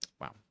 Wow